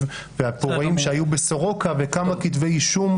והפורעים שהיו בסורוקה וכמה כתבי אישום?